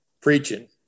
preaching